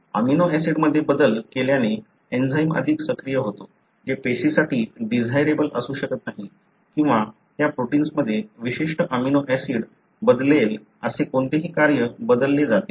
amino ऍसिडमध्ये बदल केल्याने एंजाइम अधिक सक्रिय होतो जे पेशीसाठी डिझायरेबल असू शकत नाही किंवा त्या प्रोटिन्समध्ये विशिष्ट अमिनो ऍसिड बदलेल असे कोणतेही कार्य बदलले जाते